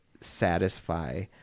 satisfy